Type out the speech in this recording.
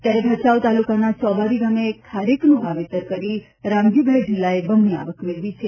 ત્યારે ભચાઉ તાલુકાના ચોબારી ગામે ખારેકનું વાવેતર કરીને રામજીભાઇ ઢીલાએ બમણી આવક મેળવી છે